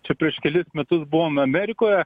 čia prieš kelis metus buvom amerikoje